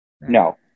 No